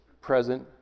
present